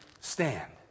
stand